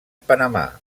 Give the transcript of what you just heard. panamà